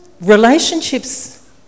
Relationships